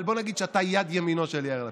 אבל בוא נגיד שאתה יד ימינו של יאיר לפיד,